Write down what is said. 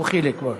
לא חיליק בר.